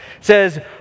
says